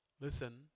listen